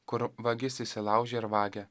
kur vagis įsilaužia ir vagia